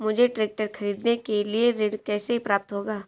मुझे ट्रैक्टर खरीदने के लिए ऋण कैसे प्राप्त होगा?